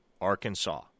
Arkansas